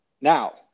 Now